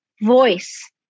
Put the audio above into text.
voice